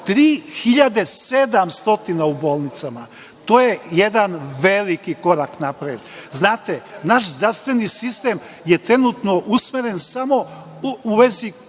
3.700 u bolnicama. To je jedan veliki korak napred. Znate, naš zdravstveni sistem je trenutno usmeren samo u vezi